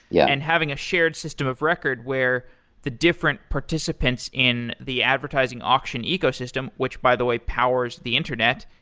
yeah and having a shared system of record where the different participants in the advertising auction ecosystem, which by the way, powers the internet,